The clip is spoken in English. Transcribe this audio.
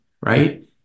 right